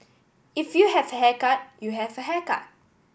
if you have a haircut you have a haircut